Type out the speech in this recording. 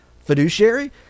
Fiduciary